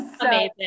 Amazing